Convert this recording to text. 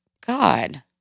God